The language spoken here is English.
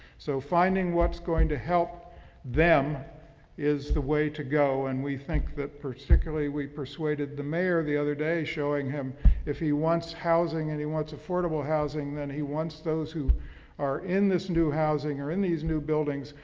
so finding what's going to help them is the way to go. and we think that particularly we persuaded the mayor the other day showing him if he wants housing and he wants affordable housing than he wants those who are in this new housing or in these new buildings,